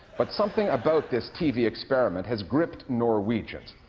but something about this tv experiment has gripped norwegians.